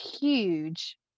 huge